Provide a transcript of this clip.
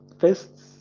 First